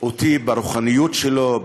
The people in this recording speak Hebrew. אותי ברוחניות שלו,